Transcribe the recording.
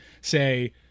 say